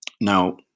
Now